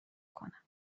کنم